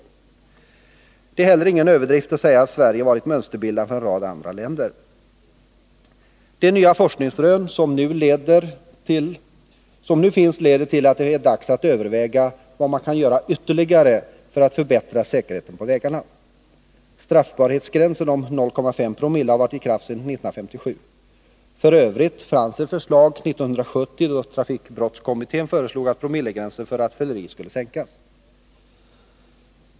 Det är inte heller någon överdrift att säga att Sverige har varit mönsterbildande för en rad andra länder. De nya forskningsrön som nu föreligger ger oss anledning att överväga vad som kan göras ytterligare för att förbättra säkerheten på vägarna. Straffbarhetsgränsen 0,5 promille har varit i kraft sedan 1957. F. ö. fanns det ett förslag från 1970, då trafikbrottskommittén föreslog att promillegränsen för rattfylleri skulle sänkas.